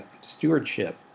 stewardship